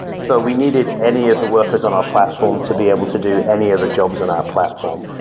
so we needed any of the workers on our platform to be able to do any other jobs in our platform,